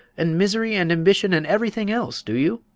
and misery and ambition and everything else, do you?